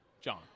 John